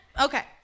Okay